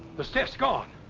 the stiff's gone.